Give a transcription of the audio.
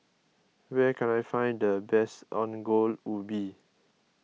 where can I find the best Ongol Ubi